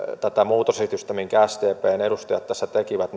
tätä muutosesitystä minkä sdpn edustajat tässä tekivät